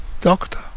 doctor